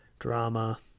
Drama